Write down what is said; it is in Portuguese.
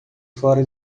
fora